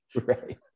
Right